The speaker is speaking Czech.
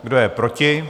Kdo je proti?